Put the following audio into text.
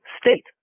state